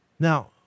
Now